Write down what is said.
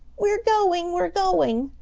we're going! we're going!